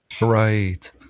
Right